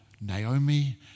Naomi